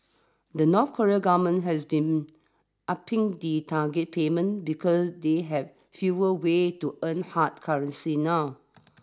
the North Korean government has been upping the target payments because they have fewer ways to earn hard currency now